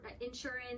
insurance